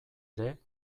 ere